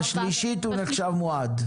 בשלישית הוא נחשב מועד.